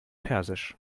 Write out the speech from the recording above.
persisch